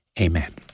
Amen